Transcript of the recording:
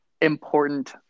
important